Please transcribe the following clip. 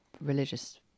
religious